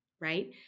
right